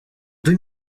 deux